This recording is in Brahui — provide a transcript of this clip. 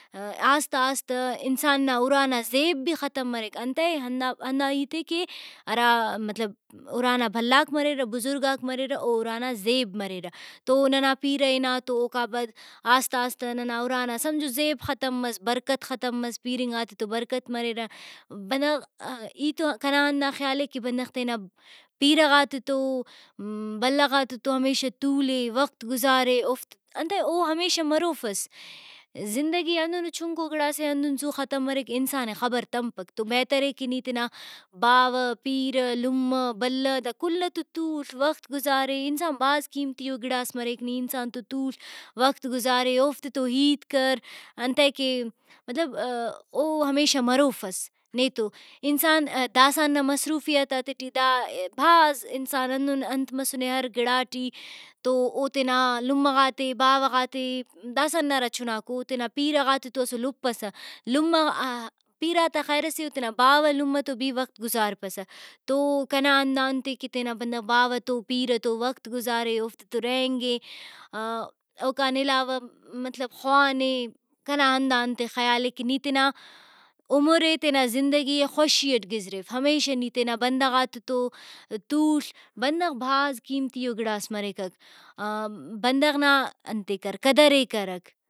آہستہ آہستہ انسان نا اُرا نا زیب بھی ختم مریک انتئے ہندا ہندا ہیتے کہ ہرا مطلب اُرا نا بھلاک مریرہ بزرگاک مریرہ او اُرا نا زیب مریرہ تو ننا پیرہ ہنا تو اوکا پد آہستہ آہستہ ننا اُرانا سمجھو زیب ختم مس برکت ختم مس پیرنگاتتو برکت مریرہ بندغ ای تو کنا ہندا خیال اے کہ بندغ تینا پیرہ غاتتو بلہ غا تتو ہمیشہ تولے وخت گزارے اوفت انتئے او ہمیشہ مروفس زندگی ہندنو چنکو گڑاسے ہندن زو ختم مریک انسان ئے خبر تمپک تو بہترے کہ نی تینا باوہ پیرہ لمہ بلہ دا کل تو تول وخت گزارے انسان بھاز قیمتیئو گڑاس مریک نی انسا ن تو تول وخت گزارے اوفتے تو ہیت کر انتئے کہ مطلب او ہمیشہ مروفس نے تو انسان دا سہ ہندا مصروفیتاتے ٹی دا بھاز انسان ہندن انت مسنے ہر گڑاٹی تو او تینا لمہ غاتے باوہ غاتے داسہ نا ہرا چناکو او تینا پیرہ غا تے تو اسُل ہُرپسہ لمہ (voice)پیرہ غاتا خیر سے اوتینا باوہ لمہ تو بھی وخت گزارپسہ تو کنا ہندا انتے کہ تینا بندغ باوہ تو پیرہ تو وخت گزارے اوفتتو رہینگہ اوکان علاوہ مطلب خوانے کنا ہندا انتے خیالے کہ نی تینا عمرے تینا زندگی ئے خوشی اٹ گزریف ہمیشہ نی تینا بندغاتتو تول بندغ بھاز قیمتیئو گڑاس مریکک آ بندغ نا انتے قدرے کرک